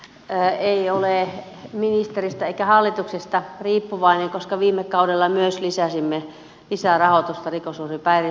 rikosuhripäivystys ei ole ministeristä eikä hallituksesta riippuvainen koska myös viime kaudella lisäsimme rahoitusta rikos uhripäivystykseen